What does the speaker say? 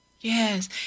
Yes